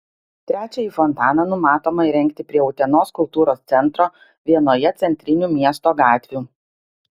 trečiąjį fontaną numatoma įrengti prie utenos kultūros centro vienoje centrinių miesto gatvių